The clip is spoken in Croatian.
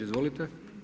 Izvolite.